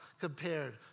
compared